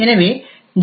எனவே ஜி